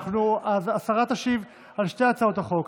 השרה תשיב על שתי הצעות החוק,